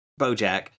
Bojack